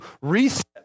reset